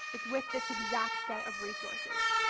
it's with this exact set of resources.